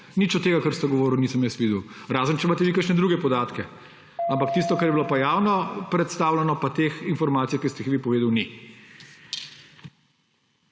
Nič od tega, kar ste govorili, jaz nisem videl. Razen če imate vi kakšne druge podatke. Ampak v tistem, kar je bilo javno predstavljeno, pa teh informacij, ki ste jih vi povedali, ni.